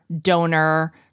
donor